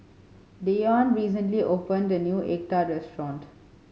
Deion recently opened a new egg tart restaurant